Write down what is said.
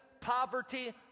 poverty